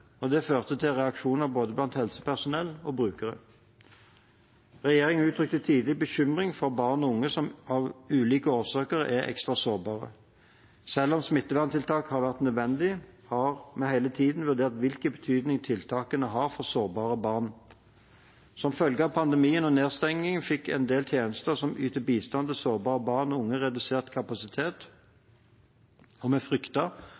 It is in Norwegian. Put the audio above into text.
og det førte til reaksjoner både blant helsepersonell og blant brukere. Regjeringen uttrykte tidlig bekymring for barn og unge som av ulike årsaker er ekstra sårbare. Selv om smitteverntiltakene har vært nødvendige, har vi hele tiden vurdert hvilken betydning tiltakene har for sårbare barn. Som følge av pandemien og nedstengningen fikk en del tjenester som yter bistand til sårbare barn og unge, redusert kapasitet, og